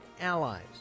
allies